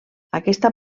aquesta